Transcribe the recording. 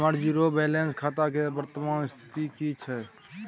हमर zero balance खाता के वर्तमान स्थिति की छै?